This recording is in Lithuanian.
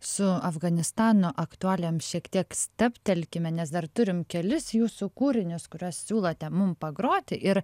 su afganistano aktualijom šiek tiek stabtelkim nes dar turime kelis jūsų kūrinius kuriuos siūlote mum pagroti ir